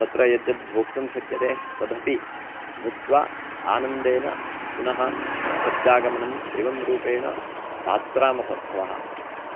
तत्र यद्यद्भोक्तुं शक्यते तदपि भुक्त्वा आनन्देन पुनः प्रत्यागमनम् एवं रूपेण जात्रामहोत्सवः